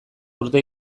urte